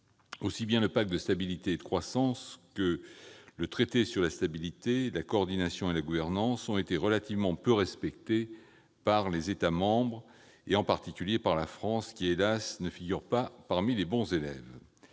aussi bien le pacte de stabilité et de croissance que le traité sur la stabilité, la coordination et la gouvernance ont été relativement peu respectés par les États membres, en particulier par la France, qui, hélas, ne figure pas parmi les bons élèves.